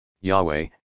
Yahweh